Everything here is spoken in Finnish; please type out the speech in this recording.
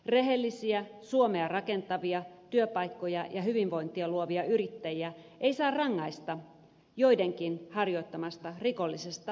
rehellisiä suomea rakentavia työpaikkoja ja hyvinvointia luovia yrittäjiä ei saa rangaista joidenkin harjoittamasta rikollisesta toiminnasta